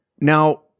Now